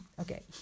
okay